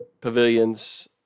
pavilions